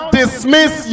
dismiss